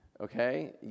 okay